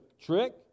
trick